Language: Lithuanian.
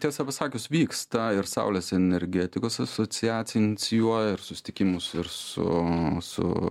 tiesa pasakius vyksta ir saulės energetikos asociacija inicijuoja susitikimus ir su su